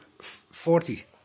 Forty